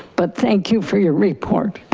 but thank you for your report.